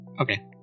Okay